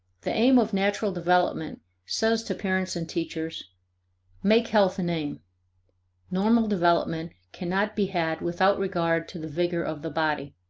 the aim of natural development says to parents and teachers make health an aim normal development cannot be had without regard to the vigor of the body